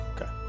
Okay